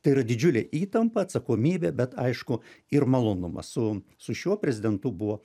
tai yra didžiulė įtampa atsakomybė bet aišku ir malonumas su su šiuo prezidentu buvo